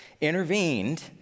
intervened